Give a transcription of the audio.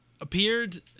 appeared